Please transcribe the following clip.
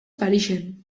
parisen